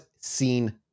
seen